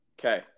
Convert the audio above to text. Okay